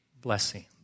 blessing